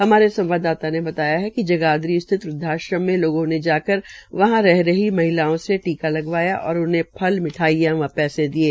हमारे संवाददाता ने बताया है कि जगाधरी स्थित वृद्वाश्रम में लोगों ने जाकर वहां रह हरी महिलाओं से टीका लगवाया और उन्हें फल मिठाईयां व पैसे दिये